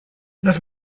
los